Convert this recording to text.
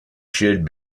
should